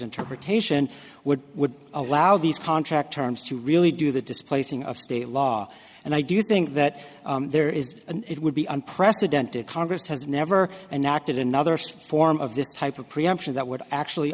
interpretation would would allow these contract terms to really do the displacing of state law and i do think that there is and it would be unprecedented congress has never and acted in another state form of this type of preemption that would actually